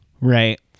Right